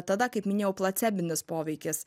tada kaip minėjau placebinis poveikis